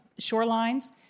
shorelines